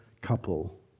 couple